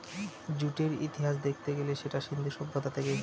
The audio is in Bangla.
জুটের ইতিহাস দেখতে গেলে সেটা সিন্ধু সভ্যতা থেকে এসেছে